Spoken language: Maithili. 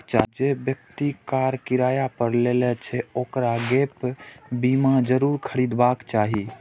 जे व्यक्ति कार किराया पर लै छै, ओकरा गैप बीमा जरूर खरीदबाक चाही